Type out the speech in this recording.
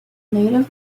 native